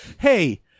Hey